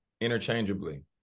interchangeably